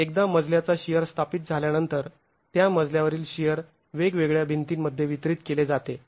एकदा मजल्याचा शिअर स्थापित झाल्यानंतर त्या मजल्यावरील शिअर वेगवेगळ्या भिंतीमध्ये वितरीत केले जाते